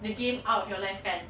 the game out your life kan